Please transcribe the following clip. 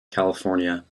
california